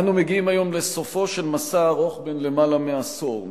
אנו מגיעים היום לסופו של מסע ארוך בן למעלה מעשור,